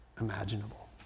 imaginable